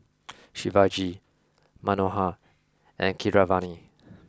Shivaji Manohar and Keeravani